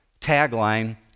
tagline